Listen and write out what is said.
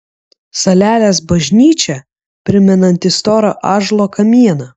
salelės bažnyčia primenanti storą ąžuolo kamieną